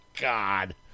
God